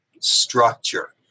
structure